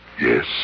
Yes